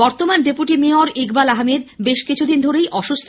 বর্তমান deputy mayor Iqbal Ahmed বেশ কিছুদিন ধরেই অসুস্থ